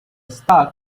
stalk